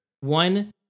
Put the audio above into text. One